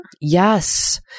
Yes